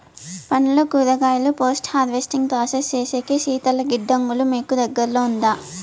పండ్లు కూరగాయలు post harvesting process సేసేకి శీతల గిడ్డంగులు మీకు దగ్గర్లో ఉందా?